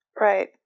right